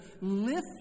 lift